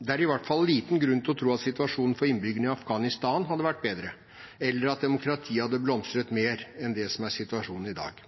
Det er i hvert fall liten grunn til å tro at situasjonen for innbyggerne i Afghanistan hadde vært bedre, eller at demokratiet hadde blomstret mer enn det som er situasjonen i dag.